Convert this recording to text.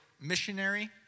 missionary